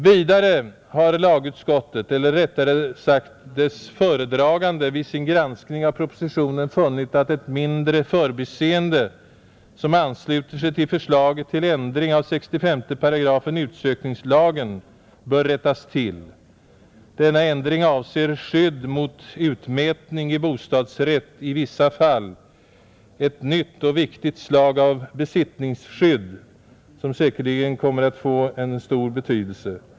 Vidare har lagutskottet eller rättare sagt dess föredragande vid sin granskning av propositionen funnit att ett mindre förbiseende, som ansluter sig till förslaget till ändring av 65 § utsökningslagen, bör rättas tilll Denna ändring avser skydd mot utmätning i bostadsrätt i vissa fall, ett nytt och viktigt slag av besittningsskydd som säkerligen kommer att få en stor betydelse.